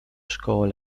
szkołę